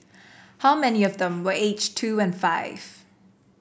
how many of them were aged two and five